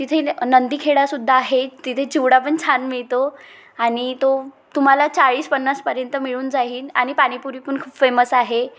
तिथे नंदी खेडासुद्धा आहे तिथे चिवडा पण छान मिळतो आणि तो तुम्हाला चाळीस पन्नासपर्यंत मिळून जाईन आणि पाणीपुरी पण खूप फेमस आहे